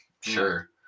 Sure